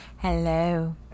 hello